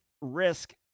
risk